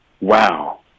Wow